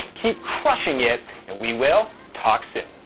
keep crushing it and we will talk soon.